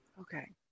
Okay